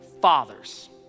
fathers